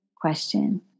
question